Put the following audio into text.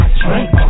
drink